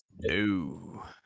No